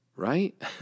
right